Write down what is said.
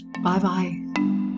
Bye-bye